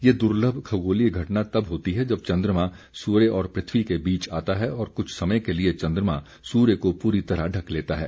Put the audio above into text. यह दुर्लम खगोलीय घटना तब होती है जब चंद्रमा सूर्य और पृथ्वी के बीच आता है और कुछ समय के लिए चंद्रमा सूर्य को पूरी तरह ढक लेता है